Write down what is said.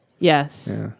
Yes